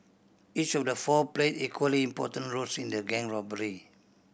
each of the four played equally important roles in the gang robbery